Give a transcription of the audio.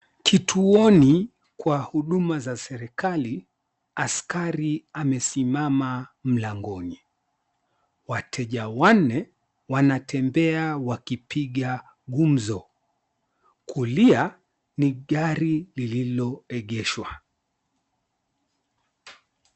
Kituoni kwa huduma za serikali, askari amesimama mlangoni. Wateja wanne wanatembea wakipiga gumzo. Kulia ni gari lililolegeshwa.